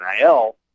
NIL